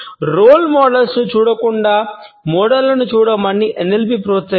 role మోడళ్లను చూడకుండా మోడళ్లను చూడమని ఎన్ఎల్పి ప్రోత్సహిస్తుంది